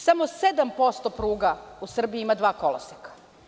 Samo 7% pruga u Srbiji ima dva koloseka.